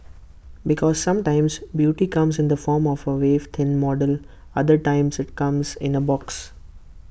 because sometimes beauty comes in the form of A waif thin model other times IT comes in A box